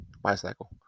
bicycle